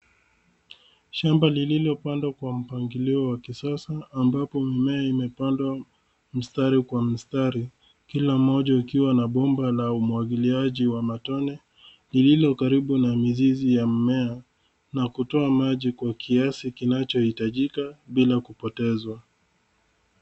Shamba lililopandwa kwa mpangilio wa kisasa ambapo mimea imepandwa mstari kwa mstari, kila moja ukiwa na bomba la umwagiliaji wa matone lililo karibu na mizizi wa mmea na kutoa maji kwa kiasi kinachohitajika bila kupotezwa.